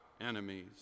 enemies